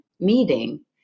meeting